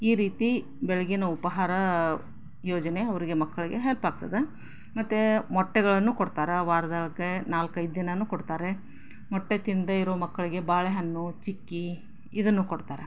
ಈ ರೀತಿ ಬೆಳಿಗ್ಗೆಯ ಉಪಹಾರ ಯೋಜನೆ ಅವರಿಗೆ ಮಕ್ಕಳಿಗೆ ಹೆಲ್ಪ್ ಆಗ್ತದೆ ಮತ್ತು ಮೊಟ್ಟೆಗಳನ್ನು ಕೊಡ್ತಾರೆ ವಾರಕ್ಕೆ ನಾಲ್ಕೈದು ದಿನವು ಕೊಡ್ತಾರೆ ಮೊಟ್ಟೆ ತಿನ್ನದೆ ಇರೋ ಮಕ್ಕಳಿಗೆ ಬಾಳೆಹಣ್ಣು ಚಿಕ್ಕಿ ಇದನ್ನು ಕೊಡ್ತಾರೆ